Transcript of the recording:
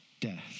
death